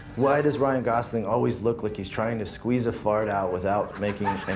why does ryan gosling always look like he's trying to squeeze a fart out without making any